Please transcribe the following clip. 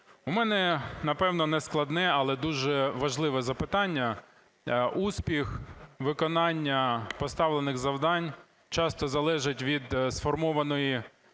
У мене, напевно, не складне, але дуже важливе запитання. Успіх, виконання поставлених завдань часто залежить від сформованої,